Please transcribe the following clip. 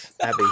Abby